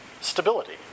stability